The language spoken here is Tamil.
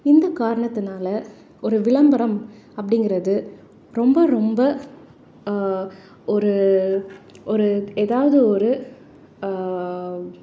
இந்த காரணத்தினால ஒரு விளம்பரம் அப்படிங்கிறது ரொம்ப ரொம்ப ஒரு ஒரு ஏதாவது ஒரு